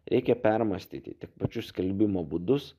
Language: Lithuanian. reikia permąstyti tiek pačius skelbimo būdus